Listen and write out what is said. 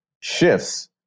shifts